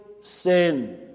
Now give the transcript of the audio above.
sin